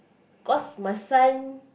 cause my son